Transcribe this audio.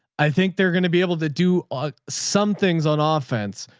i think they're going to be able to do ah some things on ah offense.